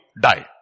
die